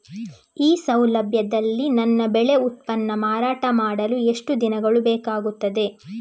ಈ ಸೌಲಭ್ಯದಲ್ಲಿ ನನ್ನ ಬೆಳೆ ಉತ್ಪನ್ನ ಮಾರಾಟ ಮಾಡಲು ಎಷ್ಟು ದಿನಗಳು ಬೇಕಾಗುತ್ತದೆ?